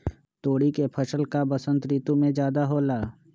तोरी के फसल का बसंत ऋतु में ज्यादा होला?